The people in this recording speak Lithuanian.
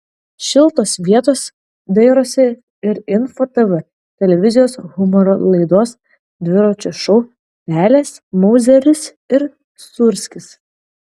šiltos vietos dairosi ir info tv televizijos humoro laidos dviračio šou pelės mauzeris ir sūrskis